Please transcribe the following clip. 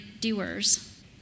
doers